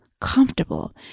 comfortable